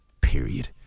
Period